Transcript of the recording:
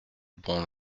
bon